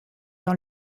dans